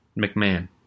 McMahon